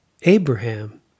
Abraham